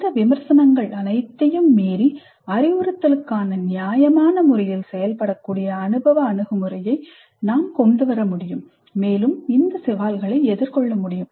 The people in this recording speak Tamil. இந்த விமர்சனங்கள் அனைத்தையும் மீறி அறிவுறுத்தலுக்கான நியாயமான முறையில் செயல்படக்கூடிய அனுபவ அணுகுமுறையை கொண்டு வர முடியும் மேலும் இந்த சவால்களை எதிர்கொள்ள முடியும்